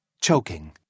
choking